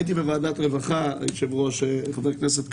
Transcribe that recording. הייתי בוועדת הרווחה, היושב-ראש, חבר הכנסת קריב,